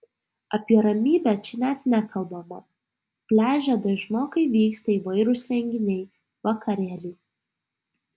apie ramybę čia net nekalbama pliaže dažnokai vyksta įvairūs renginiai vakarėliai